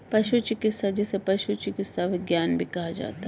पशु चिकित्सा, जिसे पशु चिकित्सा विज्ञान भी कहा जाता है